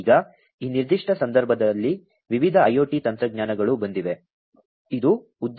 ಈಗ ಈ ನಿರ್ದಿಷ್ಟ ಸಂದರ್ಭದಲ್ಲಿ ವಿವಿಧ IoT ತಂತ್ರಜ್ಞಾನಗಳು ಬಂದಿವೆ ಇದು ಉದ್ಯಮ 4